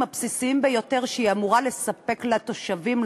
הבסיסיים ביותר שהיא אמורה לספק לתושבים,